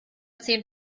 zehn